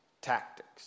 tactics